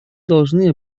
должны